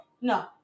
No